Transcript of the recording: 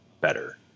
better